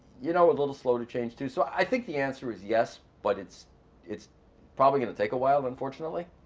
you know, a little slow to change too. so i think the answer is yes, but it's it's probably gonna take a while unfortunately.